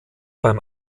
beim